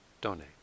donate